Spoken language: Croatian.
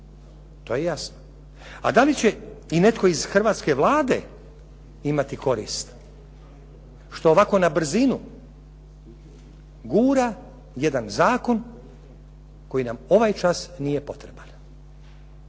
To je jasno. A da li će i netko iz hrvatske Vlade imati korist što ovako na brzinu gura jedan zakon koji nam ovaj čas nije potreban